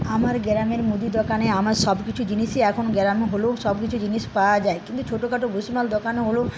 আমার গ্রামের মুদির দোকানে আমার সব কিছু জিনিসই এখন গ্রামে হলেও সবকিছু জিনিস পাওয়া যায় কিন্তু ছোটোখাটো ভুষিমাল দোকান হলেও